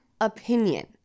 opinion